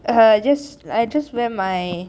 I just I just wear my